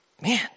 man